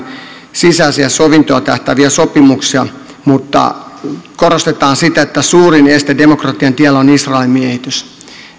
sisäisiä sovintoon tähtääviä sopimuksia mutta korostetaan sitä että suurin este demokratian tiellä on israelin miehitys